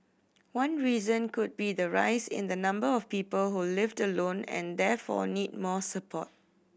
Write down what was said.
one reason could be the rise in the number of people who lived alone and therefore need more support